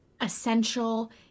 essential